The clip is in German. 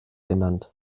genannt